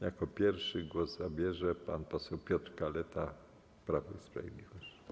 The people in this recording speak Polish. Jako pierwszy głos zabierze pan poseł Piotr Kaleta, Prawo i Sprawiedliwość.